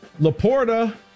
Laporta